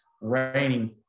raining